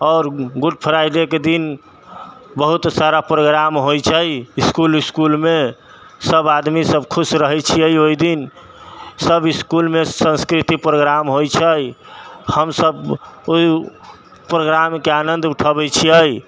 आओर Good Friday के दिन बहुत सारा प्रोग्राम होइ छै इसकुल विस्कुलमे सब आदमी सब खुश रहै छियै ओइ दिन सब इसकुलमे संस्कृति प्रोग्राम होइ छै हमसब ओय प्रोग्रामके आनन्द उठाबै छियै